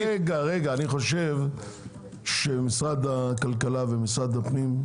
אני חושב שמשרד הכלכלה ומשרד הפנים,